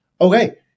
okay